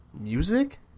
Music